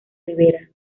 rivera